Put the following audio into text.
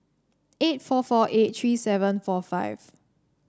eight four four eight three seven four five